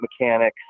mechanics